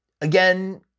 again